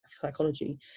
psychology